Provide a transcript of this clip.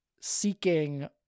seeking